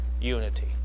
unity